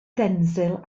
denzil